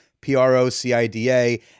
P-R-O-C-I-D-A